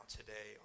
today